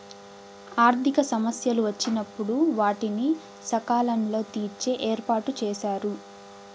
ఆర్థిక సమస్యలు వచ్చినప్పుడు వాటిని సకాలంలో తీర్చే ఏర్పాటుచేశారు